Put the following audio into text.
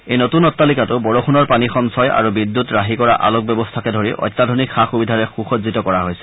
এই নতুন অট্টালিকাটো বৰষুণৰ পানী সঞ্চয় আৰু বিদ্যুৎ ৰাহি কৰা আলোক ব্যৱস্থাকে ধৰি অত্যাধুনিক সা সুবিধাৰে সু সজ্জিত কৰা হৈছে